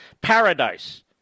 paradise